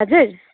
हजुर